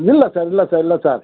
இல்லை சார் இல்லை சார் இல்லை சார்